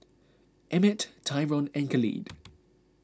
Emmet Tyron and Khalid